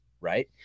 right